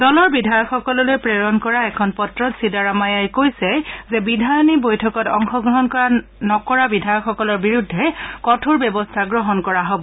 দলৰ বিধায়কসকলোলৈ প্ৰেৰণ কৰা এখন পত্ৰত ছিদাৰাম্মায়ে কৈছে যে বিধায়িনী বৈঠকত অংশগ্ৰহণ নকৰা বিধায়কসকলৰ বিৰুদ্ধে কঠোৰ ব্যৱস্থা গ্ৰহণ কৰা হ'ব